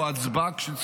או הצבעה כשצריך.